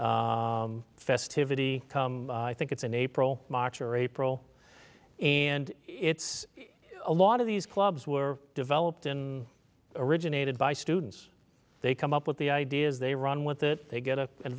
amazing festivity come i think it's in april march or april and it's a lot of these clubs were developed and originated by students they come up with the ideas they run with it they get a and